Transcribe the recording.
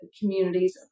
communities